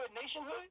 nationhood